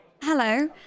Hello